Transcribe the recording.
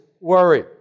worry